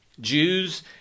Jews